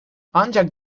ancak